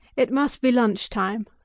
it must be lunch-time.